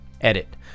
Edit